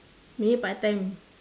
maybe part time